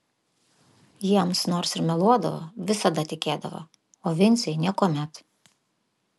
jiems nors ir meluodavo visada tikėdavo o vincei niekuomet